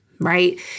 right